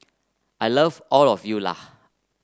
I love all of you lah